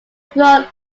grown